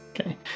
Okay